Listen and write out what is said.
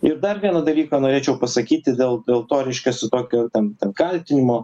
ir dar vieną dalyką norėčiau pasakyti dėl dėl to reiškiasi tokio ten kaltinimo